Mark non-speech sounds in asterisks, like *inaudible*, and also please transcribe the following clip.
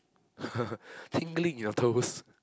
*laughs* tingling in your toes